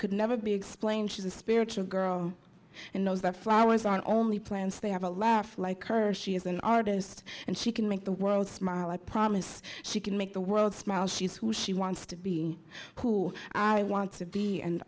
could never be explained she's a spiritual girl and knows that flowers are only plants they have a laugh like her she is an artist and she can make the world smile i promise she can make the world smile she's who she wants to be who i want to be and